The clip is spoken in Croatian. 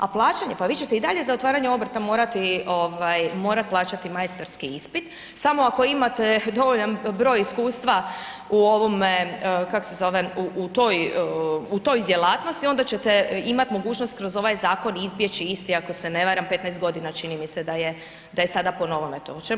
A plaćanje, pa vi ćete i dalje za otvaranje obrta morati plaćati majstorski ispit, samo ako imate dovoljan broj iskustva u toj djelatnosti onda ćete imati mogućnost kroz ovaj zakon izbjeći isti ako se ne varam 15 godina čini mi se da je sada novome to.